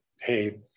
hey